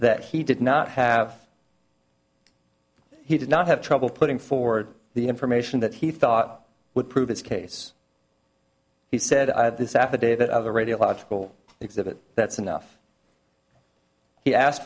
that he did not have he did not have trouble putting forward the information that he thought would prove his case he said i had this affidavit of a radiological exhibit that's enough he asked